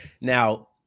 Now